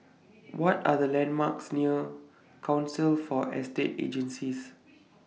What Are The landmarks near Council For Estate Agencies